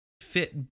fit